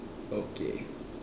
okay